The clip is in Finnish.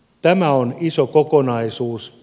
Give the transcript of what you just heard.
tämä on iso kokonaisuus